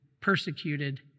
persecuted